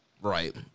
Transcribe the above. Right